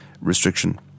restriction